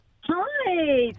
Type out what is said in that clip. Hi